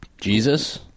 Jesus